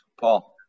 Paul